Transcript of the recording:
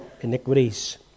iniquities